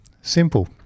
Simple